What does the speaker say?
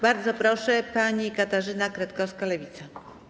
Bardzo proszę, pani Katarzyna Kretkowska, Lewica.